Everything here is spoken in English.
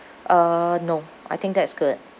uh no I think that's good